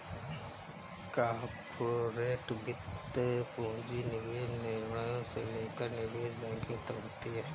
corporate वित्त पूंजी निवेश निर्णयों से लेकर निवेश बैंकिंग तक होती हैं